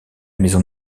maison